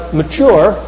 mature